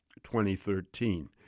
2013